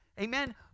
Amen